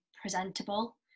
presentable